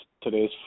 today's